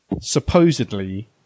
supposedly